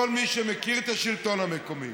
כל מי שמכיר את השלטון המקומי,